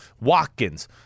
Watkins